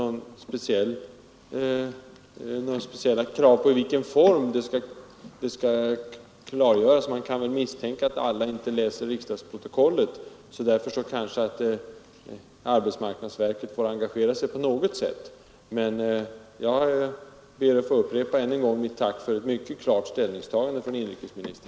Jag har inte några speciella krav på i vilken form det skall klargöras. Man kan misstänka att inte alla läser riksdagsprotokollet, så arbetsmarknadsverket bör engagera sig på något sätt. Jag ber att än en gång få tacka för ett mycket klart ställningstagande av inrikesministern.